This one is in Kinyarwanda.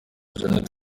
janete